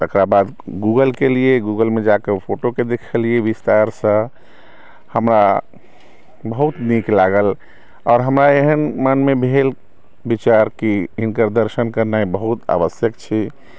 तकरा बाद गूगल केलियै गूगलमे जा कऽ फोटोके देखलियै विस्तारसँ हमरा बहुत नीक लागल आओर हमरा एहन मनमे भेल विचार कि हिनकर दर्शन करनाइ बहुत आवश्यक छी